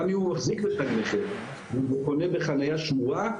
גם אם הוא מחזיק בתג נכה והוא חונה בחניה שמורה,